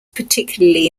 particularly